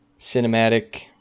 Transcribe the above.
cinematic